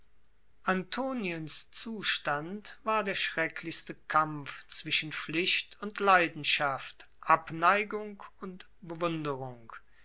antoniens zustand war der schrecklichste kampf zwischen pflicht und leidenschaft abneigung und bewunderung